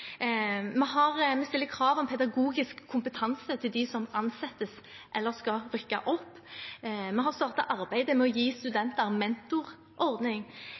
Vi stiller krav om pedagogisk kompetanse hos dem som ansettes, eller som skal rykke opp. Vi har startet arbeidet med å gi studentene en mentorordning.